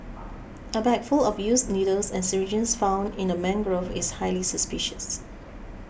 a bag full of used needles and syringes found in a mangrove is highly suspicious